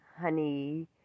honey